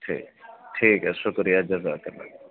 ٹھیک ٹھیک ہے شکریہ جزاک اللہ